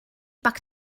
back